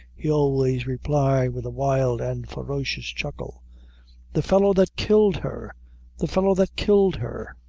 he always replied with a wild and ferocious chuckle the fellow that killed her the fellow that killed her!